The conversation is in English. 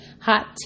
hot